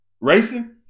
Racing